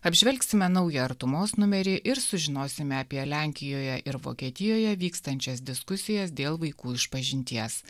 apžvelgsime naują artumos numerį ir sužinosime apie lenkijoje ir vokietijoje vykstančias diskusijas dėl vaikų išpažinties